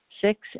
Six